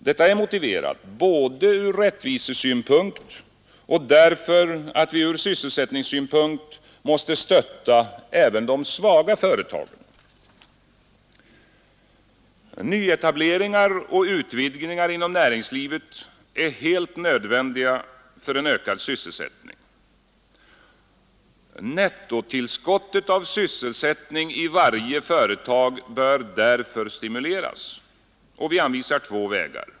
Detta är motiverat både från rättvisesynpunkt och därför att vi från sysselsättningssynpunkt måste stötta även de svaga företagen. Nyetableringar och utvidgningar inom näringslivet är helt nödvändiga för en ökad sysselsättning. Nettotillskottet av sysselsättning i varje företag bör därför stimuleras. Vi anvisar två vägar.